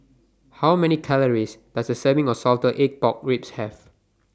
How Many Calories Does A Serving of Salted Egg Pork Ribs Have